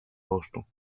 росту